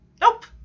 nope